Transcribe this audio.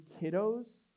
kiddos